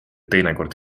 teinekord